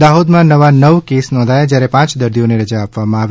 દાહોદમાં નવ નવા કેસ નોધાયા જયારે પાંચ દર્દીઓને રજા આપવામાં આવી